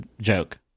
joke